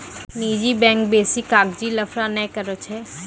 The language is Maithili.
निजी बैंक बेसी कागजी लफड़ा नै करै छै